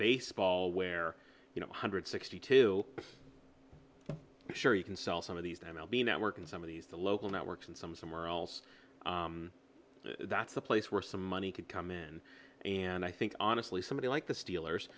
baseball where you know one hundred sixty two sure you can sell some of these m l b network and some of these the local networks and some somewhere else that's a place where some money could come in and i think honestly somebody like the steelers